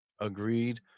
agreed